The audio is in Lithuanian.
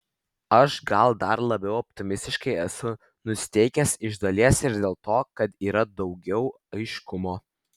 aš gal dar labiau optimistiškai esu nusiteikęs iš dalies ir dėl to kad yra daugiau aiškumo